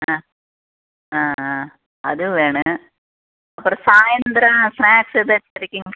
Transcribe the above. ஆ ஆஆ அதுவும் வேணும் அப்புறம் சாயந்திரோம் ஸ்நேக்ஸ் ஏதாச்சும் கிடைக்குங்களா